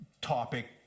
topic